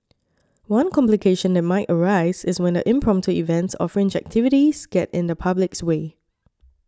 one complication that might arise is when the impromptu events or fringe activities get in the public's way